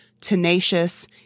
tenacious